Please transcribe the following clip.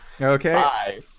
Okay